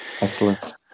Excellent